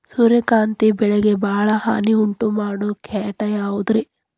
ಸೂರ್ಯಕಾಂತಿ ಬೆಳೆಗೆ ಭಾಳ ಹಾನಿ ಉಂಟು ಮಾಡೋ ಕೇಟ ಯಾವುದ್ರೇ?